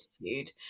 attitude